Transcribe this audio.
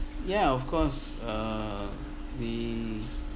ya of course uh we